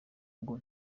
ngo